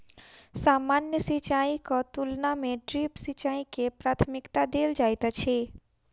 सामान्य सिंचाईक तुलना मे ड्रिप सिंचाई के प्राथमिकता देल जाइत अछि